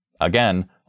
again